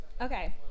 Okay